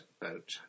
boat